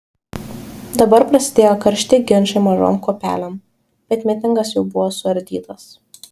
dabar prasidėjo karšti ginčai mažom kuopelėm bet mitingas jau buvo suardytas